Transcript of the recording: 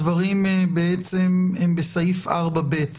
הדברים הם בסעיף 4(ב).